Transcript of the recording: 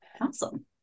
awesome